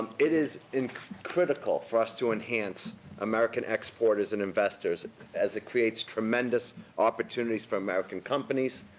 it is critical for us to enhance american exporters and investors as it creates tremendous opportunities for american companies,